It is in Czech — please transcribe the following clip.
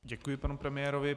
Děkuji panu premiérovi.